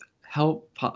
help